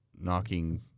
knocking